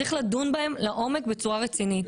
צריך לדון בהם לעומק בצורה רצינית.